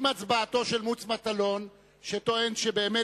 מוץ מטלון שטוען שבאמת